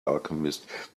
alchemist